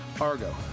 Argo